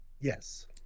yes